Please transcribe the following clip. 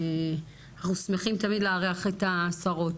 אנחנו שמחים תמיד לארח את השרות.